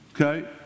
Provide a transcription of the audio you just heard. okay